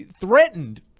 threatened